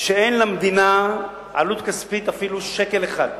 שאין לה עלות כספית אפילו של שקל אחד למדינה,